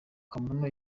kamono